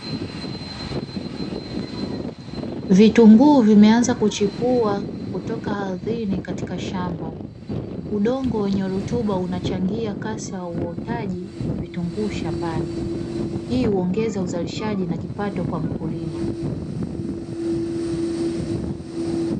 Vitunguu vimeanza kushepua kutoka ardhini katika shamba, udongo wenye rutuba unachangia kasi uotaji wa vitunguu katika shambani. Hii uongeza uzalisha na kipato kwa mkulima.